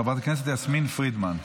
חברת הכנסת יסמין פרידמן.